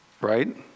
right